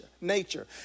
nature